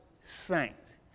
saints